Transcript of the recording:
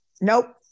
nope